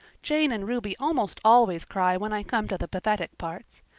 jane and ruby almost always cry when i come to the pathetic parts.